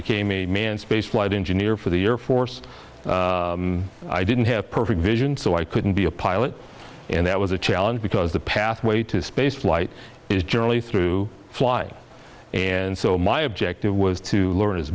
became a manned space flight engineer for the air force i didn't have perfect vision so i couldn't be a pilot and that was a challenge because the pathway to spaceflight is generally through fly and so my objective was to learn as